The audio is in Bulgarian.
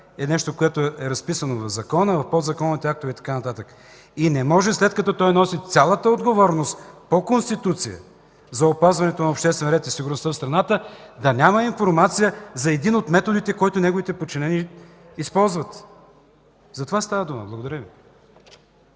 е нещо, което е разписано в Закона, в подзаконовите актове и така нататък. Не може, след като той носи цялата отговорност по Конституция за опазването на обществения ред и сигурността в страната, да няма информация за един от методите, който неговите подчинени използват. Затова става дума. Благодаря Ви.